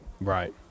Right